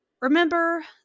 Remember